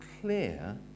clear